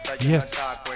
yes